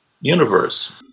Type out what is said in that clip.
universe